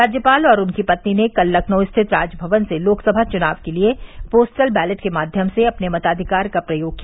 राज्यपाल और उनकी पली ने कल लखनऊ स्थित राजभवन से लोकसभा चुनाव के लिये पोस्टल बैलेट के माध्यम से अपने मताधिकार का प्रयोग किया